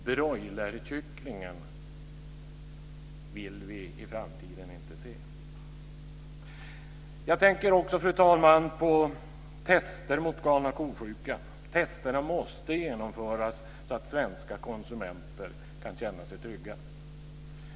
Broilerkycklingen vill vi i framtiden inte se. Jag tänker, fru talman, vidare på test mot galna ko-sjukan. Testen måste genomföras så att svenska konsumenter kan känna sig trygga.